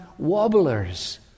wobblers